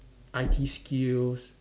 I_T skills